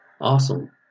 awesome